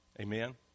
Amen